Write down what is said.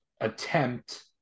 attempt